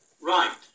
Right